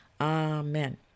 Amen